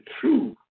true